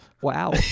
wow